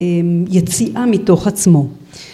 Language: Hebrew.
‫יציאה מתוך עצמו.